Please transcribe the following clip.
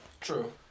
True